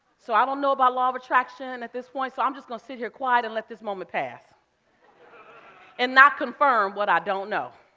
so i don't know about law of attraction at this point, so i'm just gonna sit here quiet and let this moment pass and not confirm what i don't know.